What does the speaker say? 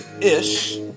Ish